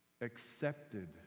accepted